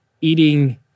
eating